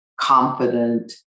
confident